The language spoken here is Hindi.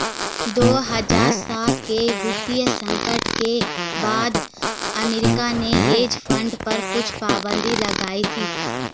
दो हज़ार सात के वित्तीय संकट के बाद अमेरिका ने हेज फंड पर कुछ पाबन्दी लगाई थी